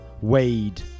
Wade